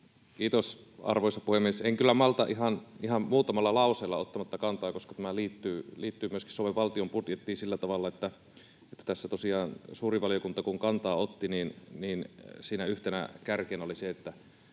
Kiitos, arvoisa puhemies! En kyllä malta olla ihan muutamalla lauseella ottamatta kantaa, koska tämä liittyy myöskin Suomen valtion budjettiin sillä tavalla, että tässä tosiaan kun suuri valiokunta kantaa otti, niin siinä yhtenä kärkenä oli se, että